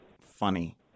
funny